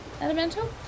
elemental